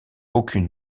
aucune